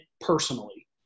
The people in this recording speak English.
personally